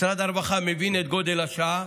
משרד הרווחה מבין את גודל השעה